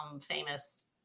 famous